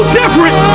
different